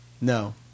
No